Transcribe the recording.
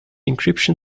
encryption